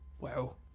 Wow